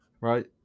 Right